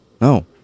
no